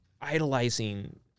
idolizing